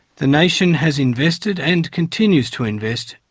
the nation has invested, and continues to invest,